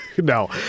no